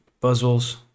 puzzles